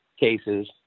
cases